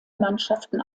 mannschaften